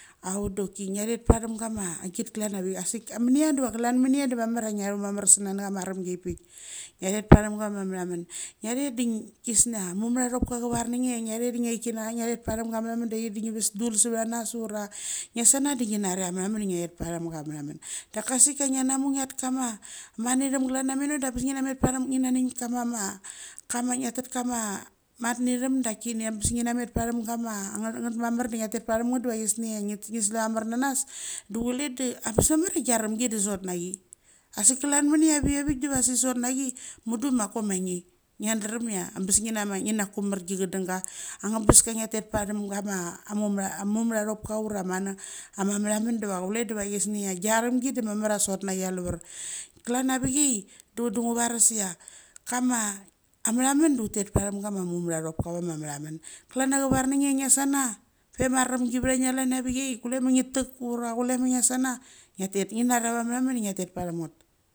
Auk doki nga chaet pargam gama agit, klan avik vasik cha minia diwa klan minia diva mamar chia ngiathlu mamar sithna nachama avamgi aipik, nga chetpargam gama metha mom nga chet di ngi gishang chia mumethachopka che varnang chia nga chet de ngiathikchana nga nge ves dul savechanas ura ngiasana diva ngi hari amathaman de ngia chet paramngat. Dacha asik cha nga na mu ngiaeth chama matnethem, klan chia ia michu da ngebes nge na met paramngan kama ngia tet kama mathethem dak chini angebes ngi namet paramngama ngit mamar diva chisnia ngi slamar nanas de chule de angebes mamar giaramgi de sot na chi. Asik klan minia viavik diva sot na chi mudue ma chock ma nge. Ngia daram chia bes ngi nama ngi na kurmur gichadanga, angebes ngia da ngia tet param chama mumethachopka ava mathamon diva chule diva chisnicha gia ramgi de mamar chia sot na chi alavar. Klan navicha de ngu vares chia kama amathamon de utet paramgat kama amumethachopka ava ma mathamon. Klam chia chevar ngange chia ngia sanag, pe ma remgi vecha nge, klan avictma, kule ma nge tek ura kule ma ngiasana, ngia tet ngi nari a methamon da ngia tet paramngat.